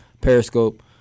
Periscope